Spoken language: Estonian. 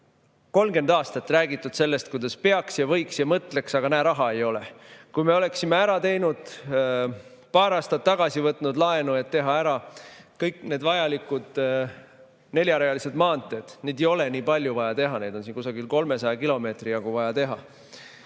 30 aastat räägitud sellest, kuidas peaks ja võiks ja mõtleks, aga näe, raha ei ole. Kui me oleksime paar aastat tagasi võtnud laenu, et teha ära kõik need vajalikud neljarealised maanteed – neid ei ole nii palju vaja teha, neid on kusagil 300 kilomeetri jagu –, siis